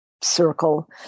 circle